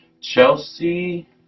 Chelsea